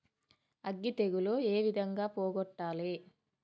అగ్గి తెగులు ఏ విధంగా పోగొట్టాలి?